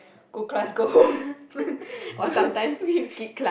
go class go home so we